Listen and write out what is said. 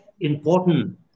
important